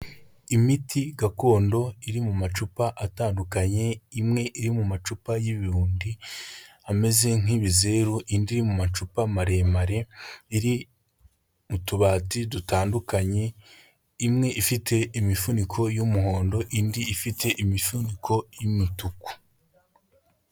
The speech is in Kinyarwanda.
Imiti gakondo iri mu macupa atandukanye, imwe iri mu macupa y'ibibundi ameze nk'ibizeru, indi iri mu macupa maremare iri mu tubati dutandukanye, imwe ifite imifuniko y'umuhondo, indi ifite imifuniko y'imituku.